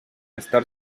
estar